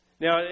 Now